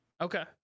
okay